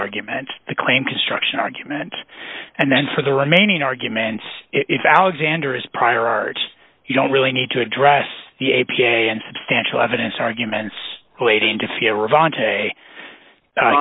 argument the claim construction argument and then for the remaining arguments if alexander is prior art you don't really need to address the a p a and substantial evidence arguments